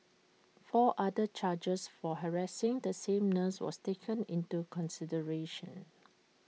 four other charges for harassing the same nurse was taken into consideration